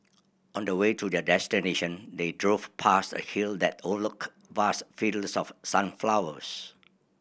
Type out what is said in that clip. on the way to their destination they drove past a hill that overlooked vast fields of sunflowers